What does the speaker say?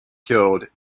killed